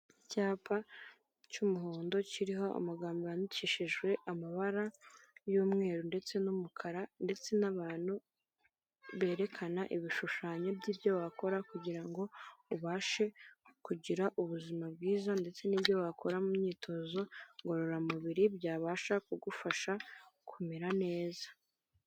Icyapa cy'umuhondo kiriho amagambo yandikishijwe amabara y'umweru ndetse n'umukara, ndetse n'abantu berekana ibishushanyo by'ibyo wakora kugira ngo ubashe kugira ubuzima bwiza, ndetse n'ibyo wakora mu myitozo ngororamubiri byabasha kugufasha kumera neza.